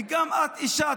ואת גם אישה,